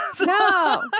No